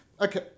Okay